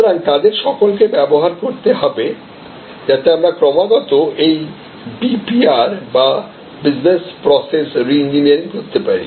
সুতরাং তাদের সকলকে ব্যবহার করতে হবে যাতে আমরা ক্রমাগত এই বি পি আর বা বিজনেসপ্রসেস রি ইঞ্জিনিয়ারিং করতে পারি